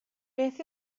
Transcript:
beth